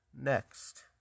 next